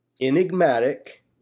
enigmatic